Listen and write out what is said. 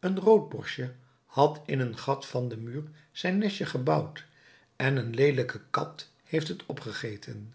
een roodborstje had in een gat van den muur zijn nestje gebouwd en een leelijke kat heeft het opgegeten